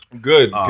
Good